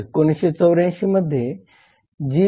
1984 मध्ये जी